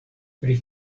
pri